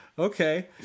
Okay